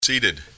seated